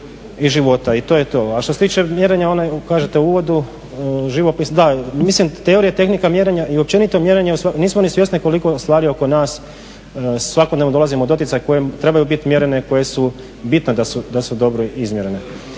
i života. I to je to. A što se tiče mjerenja kažete u uvodu živopisno, da, mislim teorija i tehnika mjerenja i općenito mjerenje nismo ni svjesni koliko stvari oko nas svakodnevno dolazimo u doticaj koje trebaju biti mjerene, koje su bitno je da su dobro izmjerene.